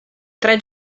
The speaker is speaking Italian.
tre